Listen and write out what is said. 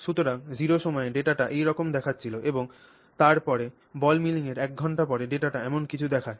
সুতরাং 0 সময়ে ডেটাটি এইরকম দেখাচ্ছিল এবং তারপরে বল মিলিংয়ের 1 ঘন্টা পরে ডেটা এমন কিছু দেখায়